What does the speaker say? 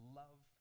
love